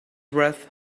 wreath